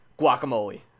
guacamole